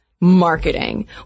marketing